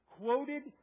quoted